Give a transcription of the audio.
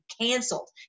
canceled